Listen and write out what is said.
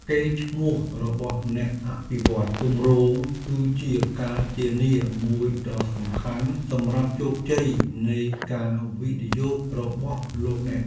កេរ្តិ៍ឈ្មោះរបស់អ្នកអភិវឌ្ឍន៍គម្រោងគឺជាការធានាមួយដ៏សំខាន់សម្រាប់ជោគជ័យនៃការវិនិយោគរបស់លោកអ្នក។